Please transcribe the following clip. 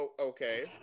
Okay